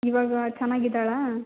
ಇವಾಗ ಚೆನ್ನಾಗಿದ್ದಾಳಾ